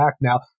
now